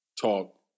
talk